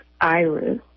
Iris